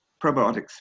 probiotics